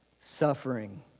suffering